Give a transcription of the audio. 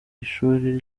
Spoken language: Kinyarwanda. ishuri